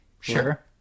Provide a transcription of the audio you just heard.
sure